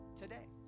today